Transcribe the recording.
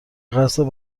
قصد